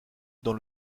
dans